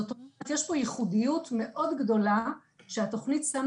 אז בעצם יש פה ייחודיות מאוד גדולה כשהתוכנית שמה